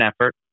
effort